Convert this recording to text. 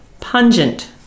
pungent